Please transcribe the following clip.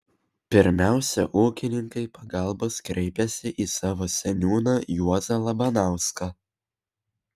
pirmiausia ūkininkai pagalbos kreipėsi į savo seniūną juozą labanauską